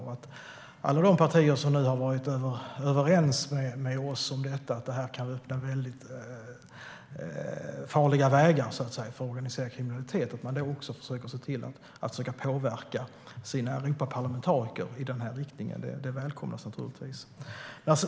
Om alla de partier som har varit överens med oss om att detta kan öppna väldigt farliga vägar för organiserad kriminalitet också försöker påverka sina Europaparlamentariker i den här riktningen välkomnas det naturligtvis.